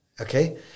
okay